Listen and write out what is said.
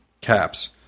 caps